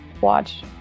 watch